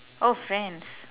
oh friends